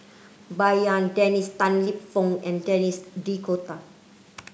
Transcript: Bai Yan Dennis Tan Lip Fong and Denis D'Cotta